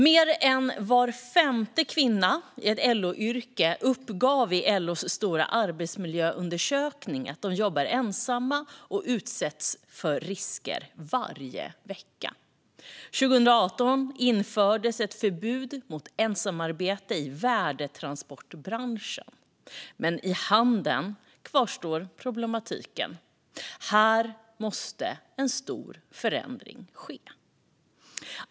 Mer än var femte kvinna i ett LO-yrke uppgav i LO:s stora arbetsmiljöundersökning att de jobbar ensamma och utsätts för risker varje vecka. År 2018 infördes ett förbud mot ensamarbete i värdetransportbranschen. Men i handeln kvarstår problematiken. Här måste en stor förändring ske.